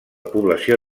població